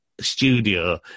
studio